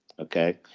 okay